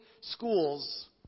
schools